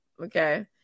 okay